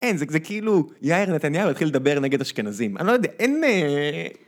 אין, זה כאילו יאיר נתניהו יתחיל לדבר נגד אשכנזים, אני לא יודע, אין...